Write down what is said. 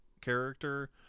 character